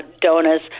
donors